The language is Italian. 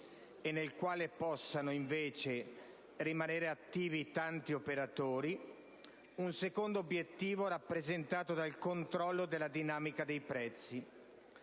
nel quale possano invece rimanere attivi tanti operatori; il secondo è rappresentato dal controllo della dinamica dei prezzi.